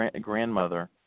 grandmother